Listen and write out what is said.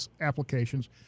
applications